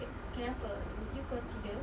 ke~ kenapa would you consider